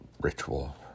ritual